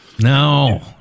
No